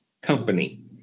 company